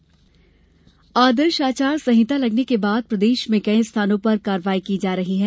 आचार संहिता आदर्श आचार संहिता लगने के बाद प्रदेश में कई स्थानों पर कार्यवाही की जा रही है